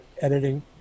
editing